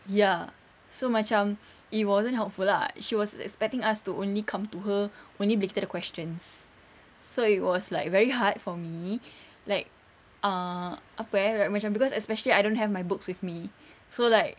ya so macam it wasn't helpful lah she was expecting us to only come to her only bila kita ada questions so it was like very hard for me like ah apa eh like macam cause especially I don't have my books with me so like